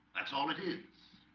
that's all it is